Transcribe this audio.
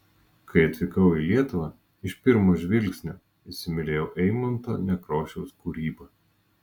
kai atvykau į lietuvą iš pirmo žvilgsnio įsimylėjau eimunto nekrošiaus kūrybą